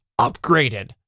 upgraded